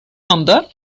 anda